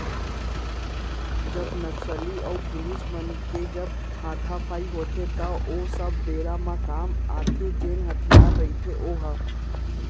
जब नक्सली अऊ पुलिस मन के जब हातापाई होथे त ओ सब बेरा म काम आथे जेन हथियार रहिथे ओहा